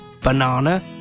Banana